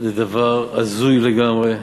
זה דבר הזוי לגמרי.